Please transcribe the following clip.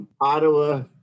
Ottawa